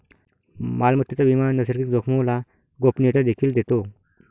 मालमत्तेचा विमा नैसर्गिक जोखामोला गोपनीयता देखील देतो